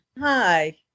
Hi